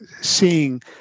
seeing